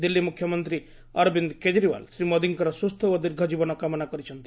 ଦିଲ୍ଲୀ ମୁଖ୍ୟମନ୍ତ୍ରୀ ଅରବିନ୍ଦ କେଜରିୱାଲ ଶ୍ରୀ ମୋଦିଙ୍କର ସୁସ୍ଥ ଓ ଦୀର୍ଘଜୀବନ କାମନା କରିଛନ୍ତି